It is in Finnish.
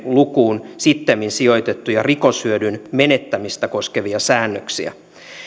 lukuun sittemmin sijoitettuja rikoshyödyn menettämistä koskevia säännöksiä